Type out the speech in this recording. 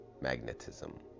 Magnetism